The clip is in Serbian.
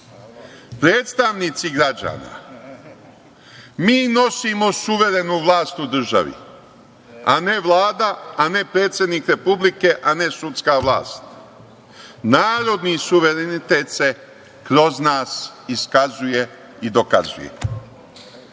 predstavnici građana, mi nosimo suverenu vlast u državi, a ne Vlada, a ne predsednik Republike, a ne sudska vlast. Narodni suverenitet se kroz nas iskazuje i dokazuje. Dalje,